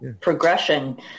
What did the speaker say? progression